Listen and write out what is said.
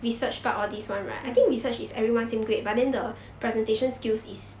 mm